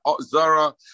Zara